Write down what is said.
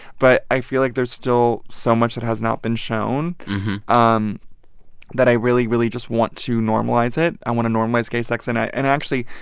but i feel like there's still so much that has not been shown um that i really, really just want to normalize it. i want to normalize gay sex. and and actually,